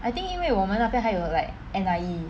I think 因为我们那边还有 like N_I_E